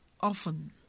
Often